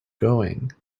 going